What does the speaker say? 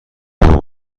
فوق